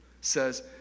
says